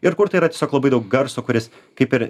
ir kur tai yra tiesiog labai daug garso kuris kaip ir